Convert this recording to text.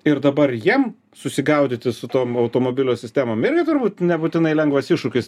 ir dabar jiem susigaudyti su tom automobilio sistemom irgi turbūt nebūtinai lengvas iššūkis